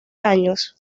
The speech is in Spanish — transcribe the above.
años